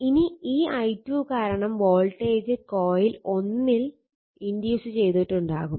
ഇനി ഈ i2 കാരണം വോൾട്ടേജ് കോയിൽ 1 ൽ ഇൻഡ്യൂസ് ചെയ്തിട്ടുണ്ടാകും